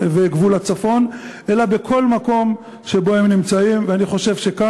ואני בכלל מצפה מכל המפלגות הציוניות להצביע ולתמוך בהצעת